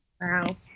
wow